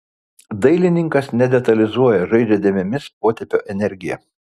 dailininkas nedetalizuoja žaidžia dėmėmis potėpio energija